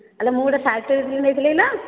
ଆଲୋ ମୁଁ ଗୋଟିଏ ଶାଢ଼ୀଟେ ଦେଇଥିଲି ନେଇଥିଲେ କିଲୋ